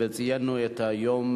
וציינו את היום